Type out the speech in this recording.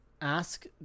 ask